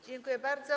Dziękuję bardzo.